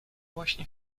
właśnie